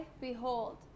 behold